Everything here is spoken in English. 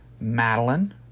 Madeline